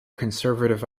conservative